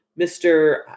Mr